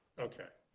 okay.